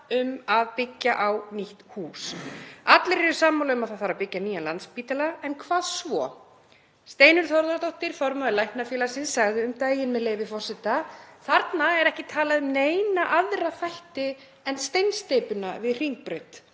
um að byggja eigi nýtt hús. Allir eru sammála um að það þurfi að byggja nýjan Landspítala, en hvað svo? Steinunn Þórðardóttir, formaður Læknafélagsins, sagði um daginn, með leyfi forseta: „Þarna er ekki talað um neina aðra þætti en steinsteypuna við Hringbraut,